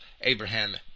Abraham